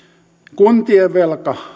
kuntien velka